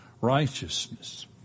righteousness